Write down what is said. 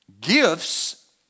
Gifts